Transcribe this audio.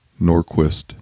Norquist